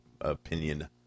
opinion